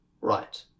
right